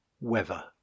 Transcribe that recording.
Weather